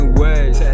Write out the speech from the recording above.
ways